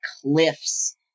cliffs